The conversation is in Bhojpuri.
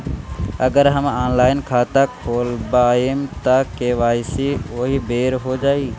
अगर हम ऑनलाइन खाता खोलबायेम त के.वाइ.सी ओहि बेर हो जाई